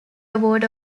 award